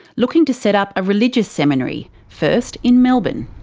looking to set up a religious seminary, first in melbourne.